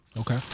okay